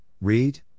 read